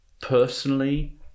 personally